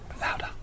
Louder